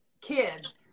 kids